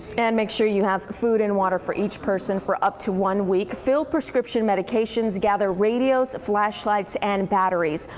and make sure you have food and water for each person for up to one week. fill prescription medications, gather radios, flashlights and batteries.